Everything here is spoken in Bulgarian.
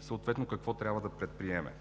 съответно и какво трябва да предприеме.